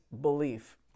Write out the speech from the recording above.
belief